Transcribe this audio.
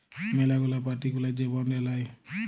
ম্যালা গুলা পার্টি গুলা যে বন্ড বেলায়